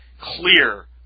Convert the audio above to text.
clear